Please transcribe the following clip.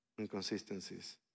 inconsistencies